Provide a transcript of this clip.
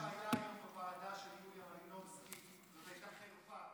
אבל מה שהיה היום בוועדה של יוליה מלינובסקי זאת הייתה חרפה.